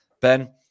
Ben